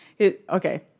okay